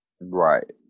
Right